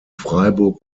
freiburg